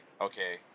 okay